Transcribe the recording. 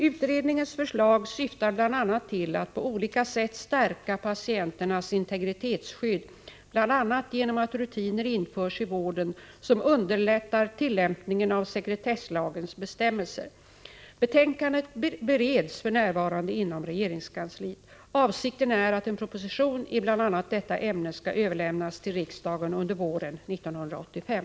Utredningens förslag syftar bl.a. till att på olika sätt stärka patienternas integritetsskydd, bl.a. genom att rutiner införs i vården som underlättar tillämpningen av sekretesslagens bestämmelser. Betänkandet bereds f. n. inom regeringskansliet. Avsikten är att en proposition i bl.a. detta ämne skall överlämnas till riksdagen under våren 1985.